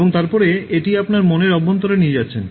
এবং তারপরে এটি আপনার মনের অভ্যন্তরে নিয়ে যাচ্ছেন